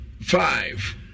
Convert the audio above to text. five